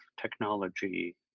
technology